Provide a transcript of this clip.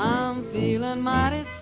um feelin' mighty